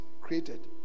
created